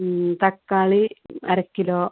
തക്കാളി അര ക്കിലോ